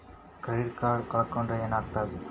Credit card ಕಳ್ಕೊಂಡ್ರ್ ಏನಾಗ್ತದ?